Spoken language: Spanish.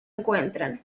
encuentran